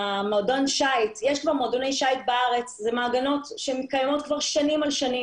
מועדוני שיט בארץ במעגנות שקיימות שנים,